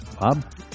Bob